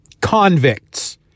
convicts